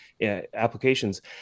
applications